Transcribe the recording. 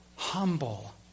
Humble